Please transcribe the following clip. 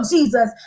Jesus